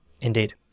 Indeed